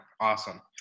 awesome